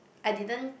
I didn't